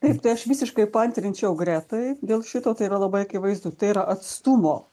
taip tai aš visiškai paantrinčiau gretai dėl šito tai yra labai akivaizdu tai yra atstumo